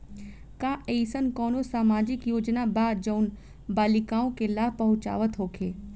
का एइसन कौनो सामाजिक योजना बा जउन बालिकाओं के लाभ पहुँचावत होखे?